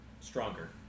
stronger